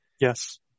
Yes